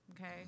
okay